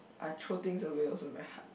I throw things away also very hard